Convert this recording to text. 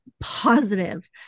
positive